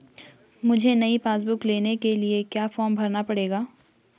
मुझे नयी passbook book लेने के लिए क्या फार्म भरना पड़ेगा?